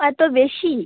এতো বেশি